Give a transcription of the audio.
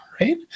right